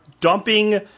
dumping